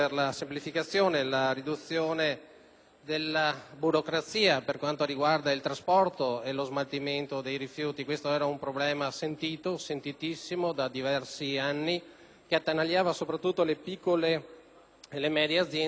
della burocrazia per quanto riguarda il trasporto e lo smaltimento dei rifiuti; questo era un problema molto sentito da diversi anni, che attanagliava soprattutto le piccole e le medie aziende, che sappiamo tutti sono